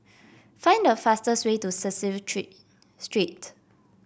find the fastest way to Cecil Tree Street